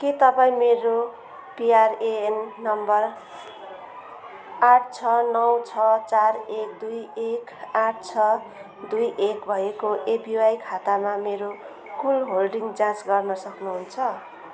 के तपाईँँ मेरो पिआरएएन नम्बर आठ छ नौ छ चार एक दुई एक आठ छ दुई एक भएको एपिवाई खातामा मेरो कुल होल्डिङ जाँच गर्न सक्नुहुन्छ